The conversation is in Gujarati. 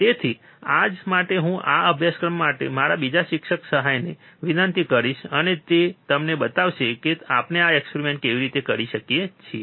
તેથી આજ માટે હું આ અન્ય અભ્યાસક્રમ માટે મારા બીજા શિક્ષણ સહાયકને વિનંતી કરીશ અને તે તમને બતાવશે કે આપણે આ એક્સપેરિમેન્ટ કેવી રીતે કરી શકીએ